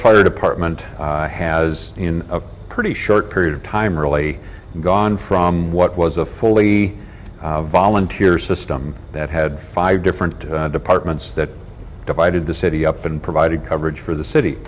fire department has in a pretty short period of time really gone from what was a fully volunteer system that had five different departments that divided the city up and provided coverage for the city